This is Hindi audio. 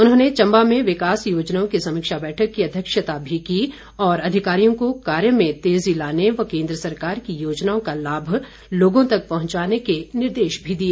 उन्होंने चम्बा में विकास योजनाओं की समीक्षा बैठक की अध्यक्षता भी की और अधिकारियों को कार्य में तेजी लाने व केन्द्र सरकार की योजनाओं का लाभ लोगों तक पहुंचाने के निर्देश भी दिए